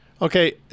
Okay